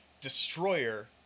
Destroyer